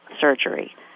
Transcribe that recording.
surgery